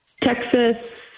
Texas